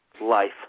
life